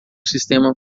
sistema